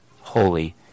holy